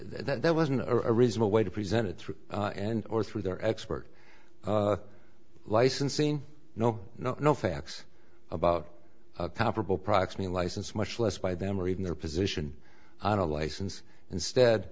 that there wasn't a reasonable way to present it through and or through their expert licensing no no no facts about comparable products mean license much less buy them or even their position on a license instead